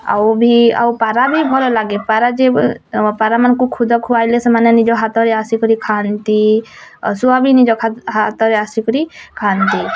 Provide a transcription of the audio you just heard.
ଆଉ ବି ଆଉ ପାରା ବି ଭଲ ଲାଗେ ପାରା ପାରାମାନଙ୍କୁ ଖୁଦ ଖୁଆଇଲେ ସେମାନେ ନିଜ ହାତରେ ଆସିକରି ଖାଆନ୍ତି ଆଉ ଶୁଆ ବି ନିଜ ହାତରେ ଆସିକରି ଖାଆନ୍ତି